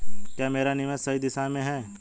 क्या मेरा निवेश सही दिशा में है?